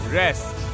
rest